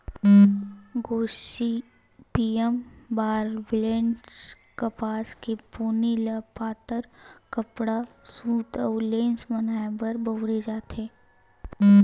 Gossypium barbadense कपसा के पोनी ल पातर कपड़ा, सूत अउ लेस बनाए म बउरे जाथे